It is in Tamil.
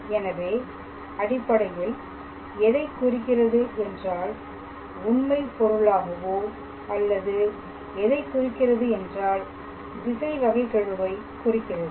எனவே அடிப்படையில் எதை குறிக்கிறது என்றால் உண்மைப் பொருளாகவோ அல்லது எதை குறிக்கிறது என்றால் திசை வகைகெழுவை குறிக்கிறது